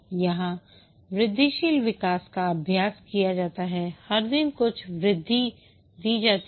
यहाँ वृद्धिशील विकास का अभ्यास किया जाता है हर दिन कुछ वृद्धि दी जाती है